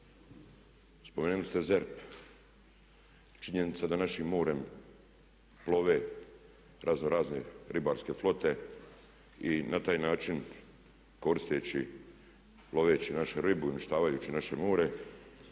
spomenuli ste ZERP. Činjenica da našim morem plove raznorazne ribarske flote i na taj način koristeći i loveći našu ribu i uništavajući naše more